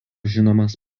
žinomas